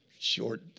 short